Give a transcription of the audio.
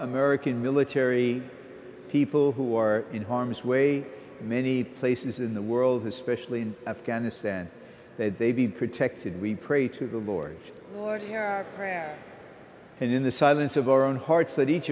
american military people who are in harm's way many places in the world especially in afghanistan that they be protected we pray to the lord and in the silence of our own hearts that each